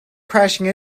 crashing